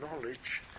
knowledge